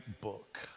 book